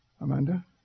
Amanda